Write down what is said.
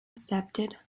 accepted